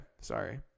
sorry